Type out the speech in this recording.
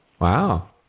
Wow